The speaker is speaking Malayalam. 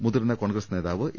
മുതിർന്ന കോൺഗ്രസ് നേതാവ് എ